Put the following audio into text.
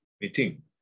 meeting